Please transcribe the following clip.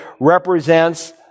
represents